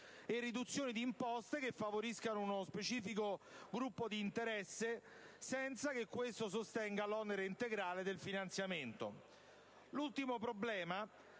e riduzione di imposte che favoriscano uno specifico gruppo d'interesse, senza che questo sostenga l'onere integrale del finanziamento. L'ultimo problema